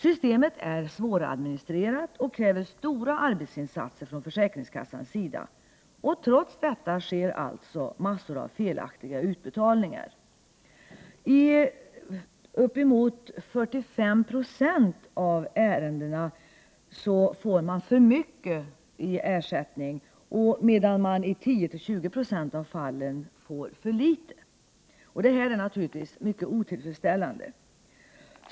Systemet är svåradministrerat och kräver stora arbetsinsatser från försäkringskassans sida, och trots detta sker alltså massor av felaktiga utbetalningar. I uppemot 45 96 av ärendena får man för mycket i ersättning, medan man i 10—20 96 av fallen får för litet. Det är naturligtvis mycket otillfredsställande.